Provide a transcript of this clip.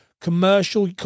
commercial